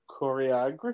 choreography